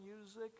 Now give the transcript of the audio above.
music